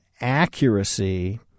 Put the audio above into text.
accuracy